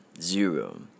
zero